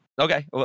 Okay